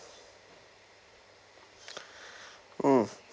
hmm